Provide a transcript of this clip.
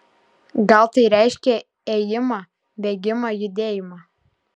gal tai reiškia ėjimą bėgimą judėjimą